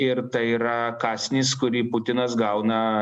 ir tai yra kąsnis kurį putinas gauna